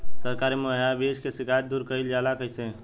सरकारी मुहैया बीज के शिकायत दूर कईल जाला कईसे?